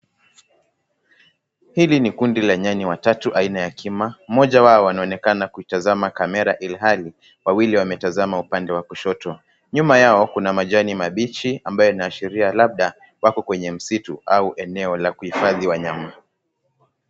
Hili ni kundi la nyani watatu aina ya kima, mmoja wao anaonekana kuitazama kamera ilhali, wawili wametazama upande wa kushoto. Nyuma yao kuna majani mabichi ambayo inaashiria labda wako kwenye msitu au eneo la kuhifadhi wanyama.